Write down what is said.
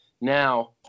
Now